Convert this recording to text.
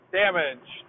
damage